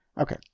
Okay